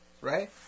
right